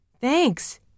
Thanks